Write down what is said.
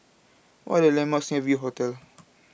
what are the landmarks having V Hotel